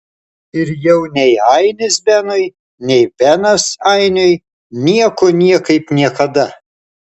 ir jau nei ainis benui nei benas ainiui nieko niekaip niekada